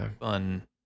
fun